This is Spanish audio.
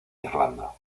irlanda